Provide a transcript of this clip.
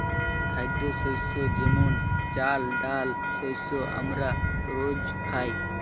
খাদ্যশস্য যেমন চাল, ডাল শস্য আমরা রোজ খাই